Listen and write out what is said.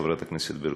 חברת הכנסת ברקו,